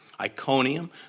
Iconium